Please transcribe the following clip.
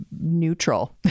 neutral